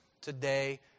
today